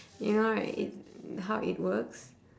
you know right it how it works